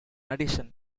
addition